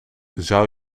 zou